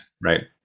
right